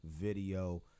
video